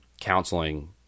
counseling